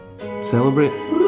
celebrate